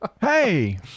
Hey